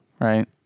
Right